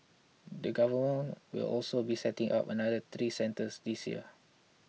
the Government will also be setting up another three centres this year